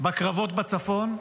בקרבות בצפון,